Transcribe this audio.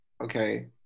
okay